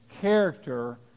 character